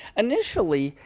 initially,